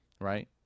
right